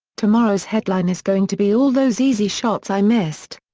tomorrow's headline is going to be all those easy shots i missed.